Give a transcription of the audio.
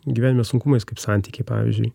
gyvenime sunkumais kaip santykiai pavyzdžiui